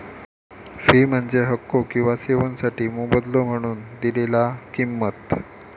fee म्हणजे हक्को किंवा सेवोंसाठी मोबदलो म्हणून दिलेला किंमत